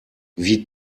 wie